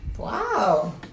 Wow